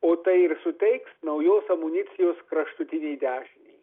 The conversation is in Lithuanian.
o tai ir suteiks naujos amunicijos kraštutinei dešinei